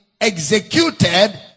executed